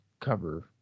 cover